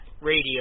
radio